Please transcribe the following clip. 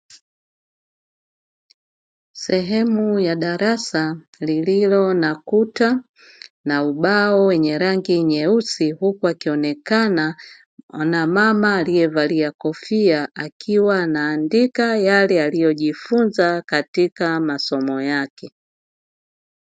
Sehemu ya darasa lililo na kuta na ubao wenye rangi nyeusi huku akionekana mwanamama aliyevalia kofia akiwa anaandika yale aliyojifunza katika masomo yake.